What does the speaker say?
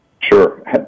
Sure